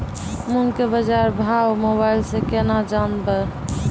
मूंग के बाजार भाव मोबाइल से के ना जान ब?